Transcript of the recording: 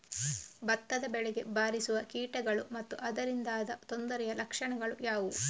ಭತ್ತದ ಬೆಳೆಗೆ ಬಾರಿಸುವ ಕೀಟಗಳು ಮತ್ತು ಅದರಿಂದಾದ ತೊಂದರೆಯ ಲಕ್ಷಣಗಳು ಯಾವುವು?